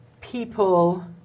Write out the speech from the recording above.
people